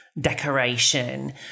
Decoration